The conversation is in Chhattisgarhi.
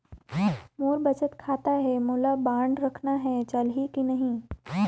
मोर बचत खाता है मोला बांड रखना है चलही की नहीं?